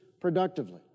productively